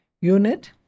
unit